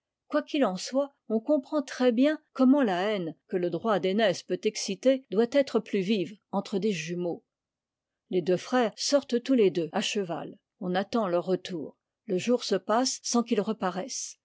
qu'il en soit on comprend très-bien comment la haine que le droit d'aînesse peut exciter doit être plus vive entre des jumeaux les deux frères sortent tous les deux à cheval on attend leur retour le jour se passe sans qu'ils reparaissent